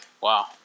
Wow